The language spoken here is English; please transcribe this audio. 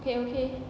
okay okay